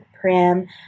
prim